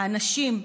האנשים,